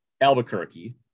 Albuquerque